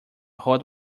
hot